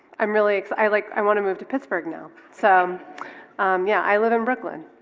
i'm really excited like i want to move to pittsburgh now so yeah i live in brooklyn